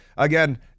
Again